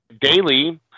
daily